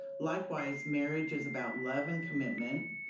likewise, marriage is about love and commitment,